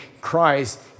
Christ